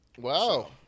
Wow